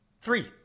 three